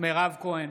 מירב כהן,